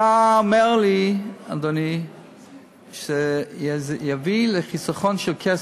אדוני, אתה אומר לי שזה יביא לחיסכון של כסף,